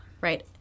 right